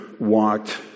walked